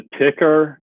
ticker